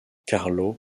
carlo